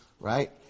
Right